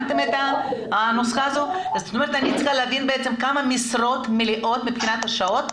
אני רוצה להבין כמה משרות מלאות מבחינת השעות.